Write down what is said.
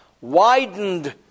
widened